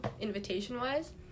invitation-wise